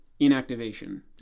inactivation